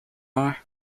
are